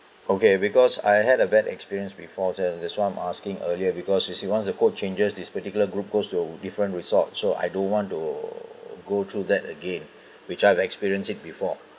okay because I had a bad experience before so that's why I'm asking earlier because you see once the coach changes this particular group coach we'll be in different resorts so I don't want to go through that again which I have experienced it before